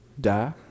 die